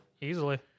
easily